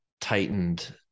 tightened